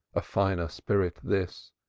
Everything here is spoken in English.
a finer spirit this,